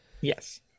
yes